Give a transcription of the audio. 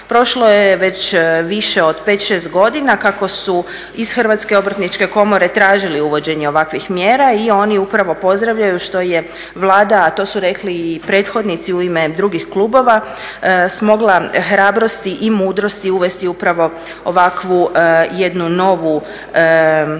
Prošlo je već više od 5, 6 godina kako su iz HOK-a tražili uvođenje ovakvih mjera i oni upravo pozdravljaju što je Vlada, a to su rekli i prethodnici u ime drugih klubova, smogla hrabrosti i mudrosti uvesti upravo ovakvu jednu novu